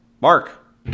Mark